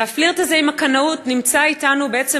הפלירט הזה עם הקנאות נמצא אתנו בעצם,